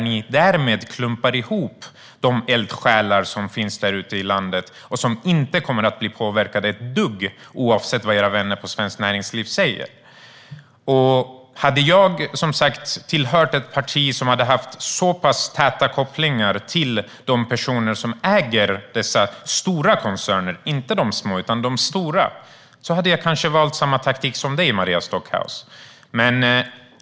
Ni klumpar därmed ihop de eldsjälar som finns ute i landet och som inte kommer att bli ett dugg påverkade oavsett vad era vänner på Svenskt Näringsliv säger. Om jag hade tillhört ett parti som hade så pass täta kopplingar till de personer som äger dessa stora koncerner - inte de små utan de stora - hade jag kanske valt samma taktik som Maria Stockhaus.